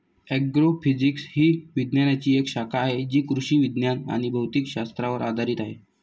agrophysics ही विज्ञानाची एक शाखा आहे जी कृषी विज्ञान आणि भौतिक शास्त्रावर आधारित आहे